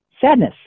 Sadness